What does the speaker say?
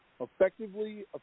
effectively